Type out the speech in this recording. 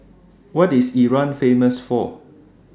What IS Iran Famous For